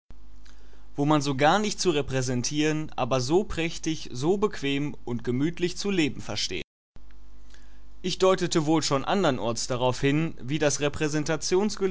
wo man so gar nicht zu repräsentieren aber so prächtig so bequem und gemütlich zu leben versteht ich deutete wohl schon anderenorts darauf hin wie das